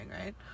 right